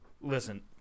Listen